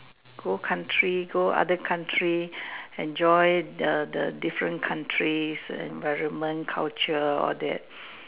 go country go other country enjoy the the different countries environment culture all that